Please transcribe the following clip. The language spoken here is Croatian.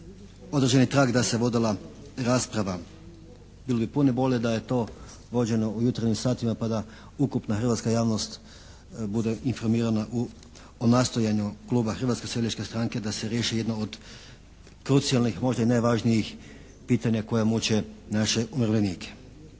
određeni trag da se vodila rasprava. Bilo bi puno bolje da je to vođeno u jutarnjim satima pa da ukupna hrvatska javnost bude informirana o nastojanju kluba Hrvatske seljačke stranke da se riješi jedno od krucijalnih, možda i najvažnijih pitanja koja muče naše umirovljenike.